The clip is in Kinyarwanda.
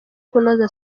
kunoza